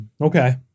Okay